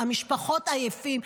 המשפחות עייפות.